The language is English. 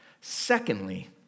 Secondly